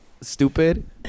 Stupid